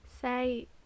say